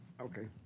Okay